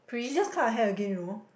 she just cut her hair again you know